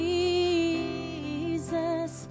Jesus